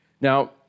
Now